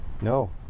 No